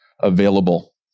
available